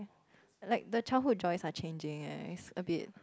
like the childhood joys are changing eh it's a bit